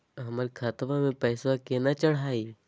हमर खतवा मे पैसवा केना चढाई?